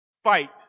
Fight